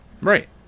Right